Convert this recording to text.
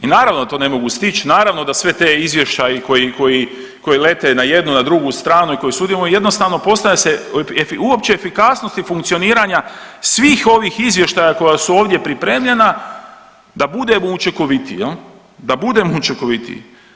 I naravno da to ne mogu stići, naravno da svi ti izvještaji koji lete na jednu, na drugu stranu i koji sudjelujemo, jednostavno postavlja se uopće efikasnost funkcioniranja svih ovih izvještaja koja su ovdje pripremljena da budemo učinkovitiji, da budemo učinkovitiji.